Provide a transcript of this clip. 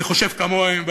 אני חושב כמוהם,